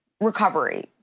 recovery